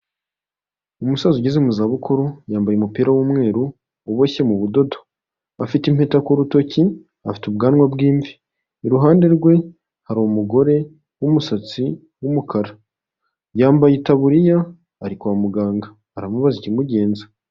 Umusaza ugeze mu zabukuru, yambaye umupira w'umweru uboshye mu budodo. Afite impeta ku rutoki, afite ubwanwa bw'imvi. Iruhande rwe hari umugore w'umusatsi w'umukara. Yambaye itaburiya, ari kwa muganga, aramubaza ikimugenza.